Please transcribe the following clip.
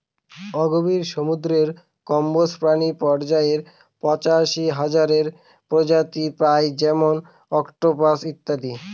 অগভীর সমুদ্রের কম্বজ প্রাণী পর্যায়ে পঁচাশি হাজার প্রজাতি পাই যেমন অক্টোপাস ইত্যাদি